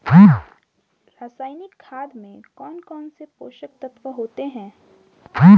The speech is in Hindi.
रासायनिक खाद में कौन कौन से पोषक तत्व होते हैं?